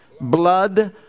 blood